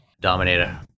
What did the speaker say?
dominator